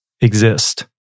exist